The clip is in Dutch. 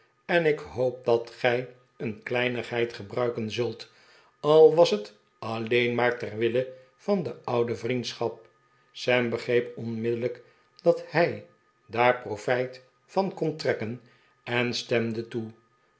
en ik hoop dat gij een kleinigheid gebruiken zult al was het alleen maar terwille van de oude vriendschap sam begreep onmiddellijk dat hij daar profijt van kon trekken en stemde toe